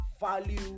value